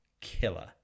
killer